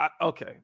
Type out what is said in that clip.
okay